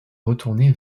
retournée